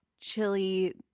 chili